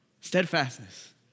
Steadfastness